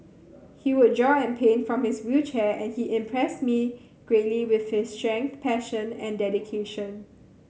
he would draw and paint from his wheelchair and he impressed me greatly with his strength passion and dedication